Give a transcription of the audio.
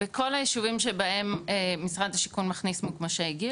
בכל היישובים שבהם משרד השיכון מכניס מוגמשי גיל,